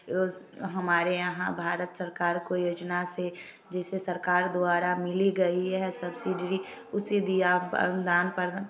रोज़ हमारे यहाँ भारत सरकार को योजना से जैसे सरकार द्वारा मिली गई है सब्सिडियरी उसी दिया पर नाम पर